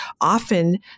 often